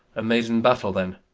a maiden battle then?